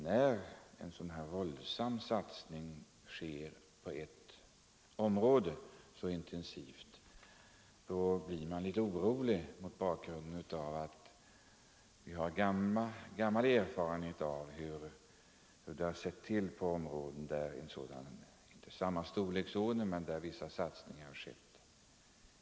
När en så våldsam satsning görs på ert område blir man litet orolig mot bakgrund av gammal erfarenhet av hur det har kommit att se ut på andra områden där vissa satsningar — ehuru inte av samma storleksordning -— tidigare gjorts.